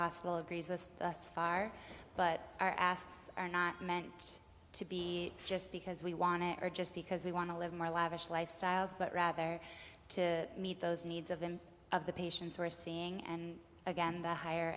hospital agrees us thus far but our assets are not meant to be just because we want to or just because we want to live more lavish lifestyles but rather to meet those needs of him of the patients we're seeing and again the higher